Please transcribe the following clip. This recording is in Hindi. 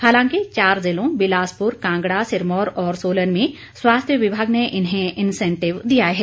हालांकि चार जिलों बिलासपुर कांगड़ा सिरमौर और सोलन में स्वास्थ्य विभाग ने इन्हें इंसेंटिव दिया है